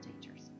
teachers